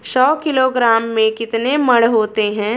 सौ किलोग्राम में कितने मण होते हैं?